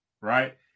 right